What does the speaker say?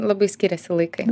labai skiriasi laikai